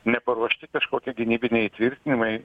neparuošti kažkokie gynybiniai įtvirtinimai